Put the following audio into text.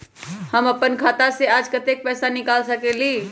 हम अपन खाता से आज कतेक पैसा निकाल सकेली?